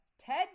Ted